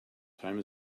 time